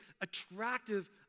attractive